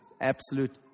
Absolute